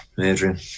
Adrian